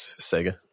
Sega